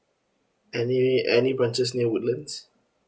any any branches near woodlands